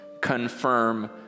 confirm